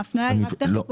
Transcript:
ההפניה היא רק טכנית.